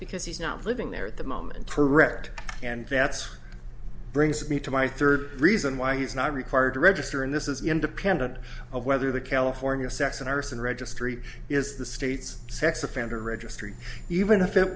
because he's not living there at the moment correct and that's brings me to my third reason why he's not required to register and this is independent of whether the california sex and arson registry is the state's sex offender registry even if it